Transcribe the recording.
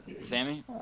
Sammy